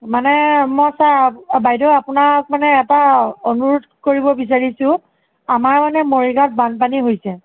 মানে মই ছাৰ অঁ বাইদেউ আপোনাক মানে এটা অনুৰোধ কৰিব বিচাৰিছোঁ আমাৰ মানে মৰিগাঁওত বানপানী হৈছে